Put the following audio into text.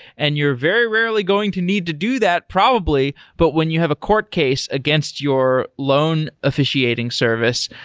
and you're very rarely going to need to do that probably. but when you have a court case against your loan officiating service,